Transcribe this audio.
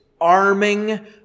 arming